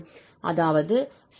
அதாவது cf ஆகும்